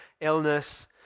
illness